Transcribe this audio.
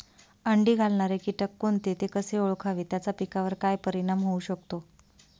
अंडी घालणारे किटक कोणते, ते कसे ओळखावे त्याचा पिकावर काय परिणाम होऊ शकतो?